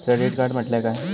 Credit card म्हटल्या काय?